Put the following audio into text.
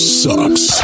sucks